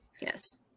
Yes